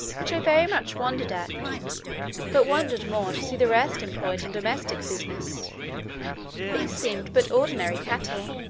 which i very much wondered at but wondered more to see the rest employed in domestic business these seemed but ordinary cattle.